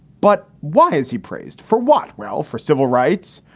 but why is he praised for what? well, for civil rights,